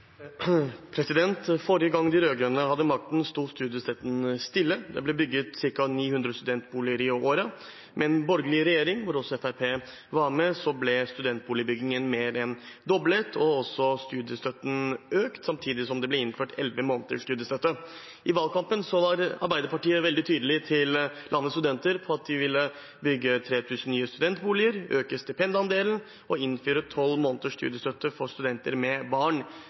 Forrige gang de rød-grønne hadde makten, sto studiestøtten stille. Det ble bygget ca. 900 studentboliger i året. Med den borgerlige regjeringen, hvor Fremskrittspartiet også var med, ble studentboligbyggingen mer enn doblet, og studiestøtten også økt, samtidig som det ble innført elleve måneders studiestøtte. I valgkampen var Arbeiderpartiet veldig tydelig overfor landets studenter på at de ville bygge 3 000 nye studentboliger, øke stipendandelen og innføre tolv måneders studiestøtte for studenter med barn.